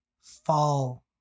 fall